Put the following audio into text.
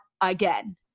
again